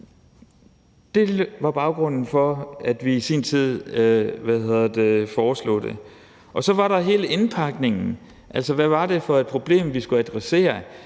Det var baggrunden for, at vi i sin tid foreslog det. Så var der hele indpakningen. Altså, hvad var det for et problem, vi skulle adressere?